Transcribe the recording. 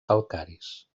calcaris